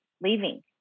leaving